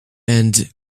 and